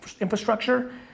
infrastructure